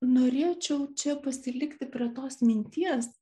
norėčiau čia pasilikti prie tos minties